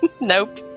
Nope